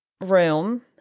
room